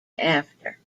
after